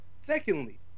Secondly